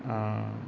ആ